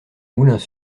moulins